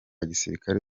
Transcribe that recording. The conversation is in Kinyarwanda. gisirikare